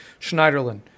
Schneiderlin